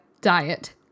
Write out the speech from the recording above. diet